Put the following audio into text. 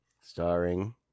Starring